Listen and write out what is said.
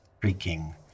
creaking